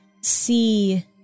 see